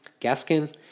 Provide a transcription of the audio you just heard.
Gaskin